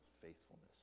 faithfulness